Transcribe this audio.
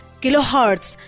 kilohertz